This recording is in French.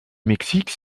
mexique